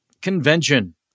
convention